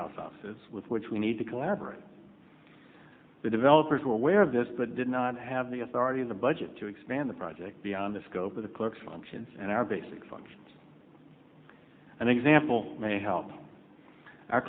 with which we need to collaborate the developers were aware of this but did not have the authority of the budget to expand the project beyond the scope of the clerk's functions and our basic functions and example may help our